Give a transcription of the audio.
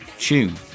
tune